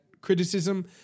criticism